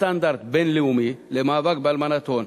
כסטנדרט בין-לאומי למאבק בהלבנת הון,